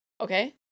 Okay